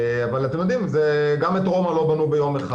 אבל אתם יודעים, גם את רומא לא בנו ביום אחד.